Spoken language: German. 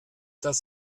das